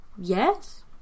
Yes